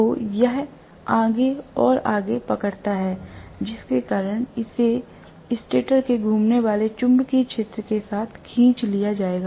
तो यह आगे और आगे पकड़ता है जिसके कारण इसे स्टेटर के घूमने वाले चुंबकीय क्षेत्र के साथ खींच लिया जाएगा